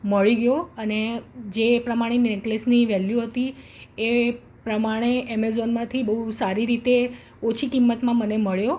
મળી ગયો અને જે પ્રમાણે નેકલેસની વેલ્યુ હતી એ પ્રમાણે એમેઝોનમાંથી બહુ સારી રીતે ઓછી કિંમતમાં મને મળ્યો